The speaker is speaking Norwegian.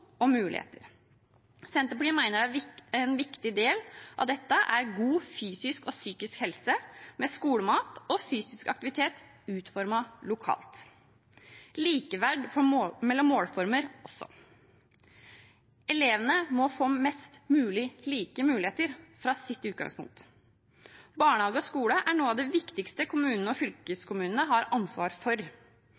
og muligheter. Senterpartiet mener en viktig del av dette er god fysisk og psykisk helse med skolemat og fysisk aktivitet, utformet lokalt – likeverd mellom målformer også. Elevene må få mest mulig like muligheter, fra sitt utgangspunkt. Barnehage og skole er noe av det viktigste kommunene og